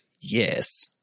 yes